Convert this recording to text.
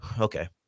Okay